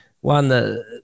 one